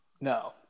No